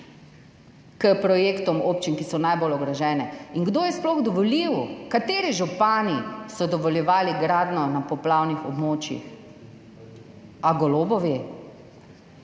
K projektom občin niso povabili, ki so najbolj ogrožene. In kdo je sploh to dovolil? Kateri župani so dovoljevali gradnjo na poplavnih območjih? A Golobovi?